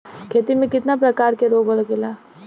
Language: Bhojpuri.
खेती में कितना प्रकार के रोग लगेला?